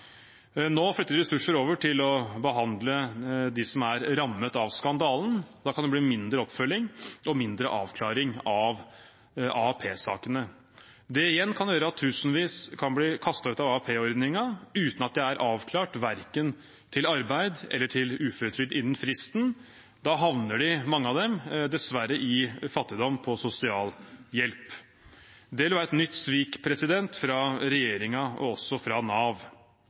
Nå flytter de ressurser over til å behandle dem som er rammet av skandalen. Da kan det bli mindre oppfølging og mindre avklaring av AAP-sakene. Det kan igjen gjøre at tusenvis kan bli kastet ut av AAP-ordningen uten at de er avklart verken til arbeid eller til uføretrygd innen fristen. Da havner mange av dem dessverre i fattigdom, på sosialhjelp. Det ville være et nytt svik fra regjeringen og også fra Nav.